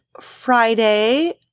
Friday